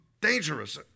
dangerous